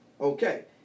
Okay